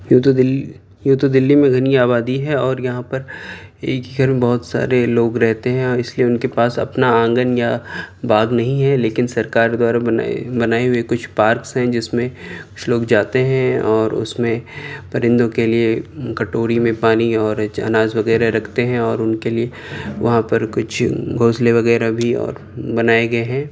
یوں تو دلّی یوں تو دلّی میں گھنی آبادی ہے اور یہاں پر ایک ہی گھر میں بہت سارے لوگ رہتے ہیں اس لیے ان کے پاس اپنا آنگن یا باغ نہیں ہے لیکن سرکار دوارا بنائے بنائے ہوئے کچھ پارکس ہیں جس میں کچھ لوگ جاتے ہیں اور اس میں پرندوں کے لیے کٹوری میں پانی اور اناج وغیرہ رکھتے ہیں اور ان کے لیے وہاں پر کچھ گھونسلے وغیرہ بھی اور بنائے گئے ہیں